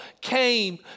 came